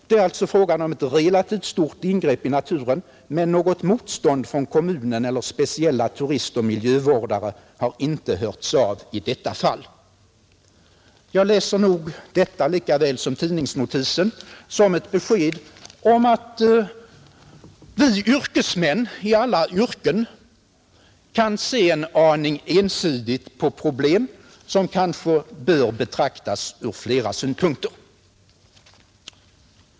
Det är alltså fråga om ett relativt stort ingrepp i naturen, men något motstånd från kommunen eller från speciella turistfrämjare eller miljövårdare har inte hörts av i detta fall.” Jag läser nog detta lika väl som tidningsnotisen såsom ett besked om att vi yrkesmän i alla yrken kan se en aning ensidigt på problem, som kanske bör betraktas ur flera synvinklar.